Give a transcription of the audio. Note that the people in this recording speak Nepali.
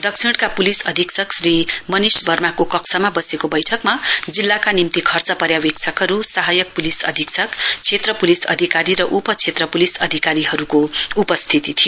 दक्षिणका प्लिस अधीक्षक श्री मनिष बर्माको कक्षमा बसेको बैठकमा जिल्लाक निम्ति खर्च पर्यावेक्षकहरू सहायक प्लिस अधीक्षक क्षेत्र पुलिस अधिकारी र उप क्षेत्र पुलिस अधिकारीहरूको उपस्थिति थियो